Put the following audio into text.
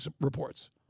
reports